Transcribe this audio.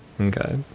Okay